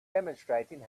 demonstrating